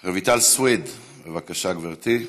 רויטל סויד, בבקשה, גברתי.